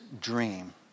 dream